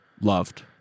loved